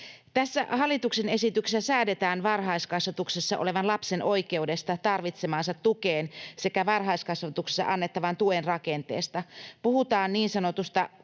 hallituksen esityksessä säädetään varhaiskasvatuksessa olevan lapsen oikeudesta tarvitsemaansa tukeen sekä varhaiskasvatuksessa annettavan tuen rakenteesta.